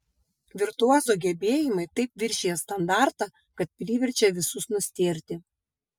virtuozo gebėjimai taip viršija standartą kad priverčia visus nustėrti